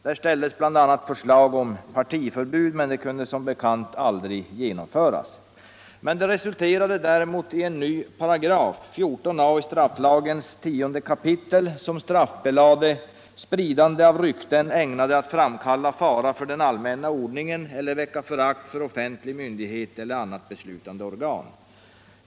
Där framfördes bl.a. förslag om partiförbud, men det kunde som bekant aldrig genomföras. Det resulterade däremot i en paragraf: 14 a § i strafflagens 10 kap. Den straffbelade spridande av rykten ägnade att framkalla fara för den allmänna ordningen eller väcka förakt för offentlig myndighet eller annat beslutande organ.